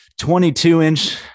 22-inch